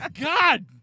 God